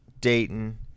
Dayton